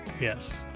Yes